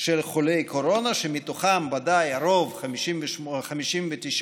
של חולי קורונה, שמתוכם הרוב, 59,000,